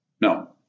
No